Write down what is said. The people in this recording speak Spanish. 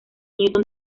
newton